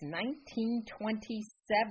1927